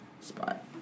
spot